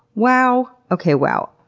wow. okay, wow.